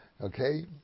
Okay